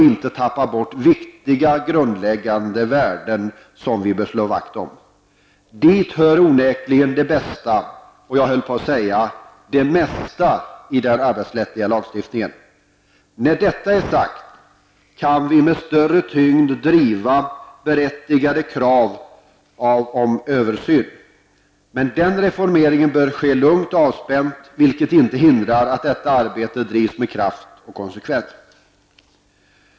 inte tappa bort viktiga grundläggande värden, som vi bör slå vakt om. Dit hör onekligen det bästa -- och jag höll på att säga det mesta -- i den arbetsrättsliga lagstiftningen. När detta är sagt kan vi med större tyngd driva det berättigade kravet på en översyn. Men den reformeringen bör ske lugnt och avspänt, vilket inte hindrar att arbetet bedrivs med kraft och konsekvens.